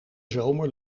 zomer